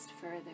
further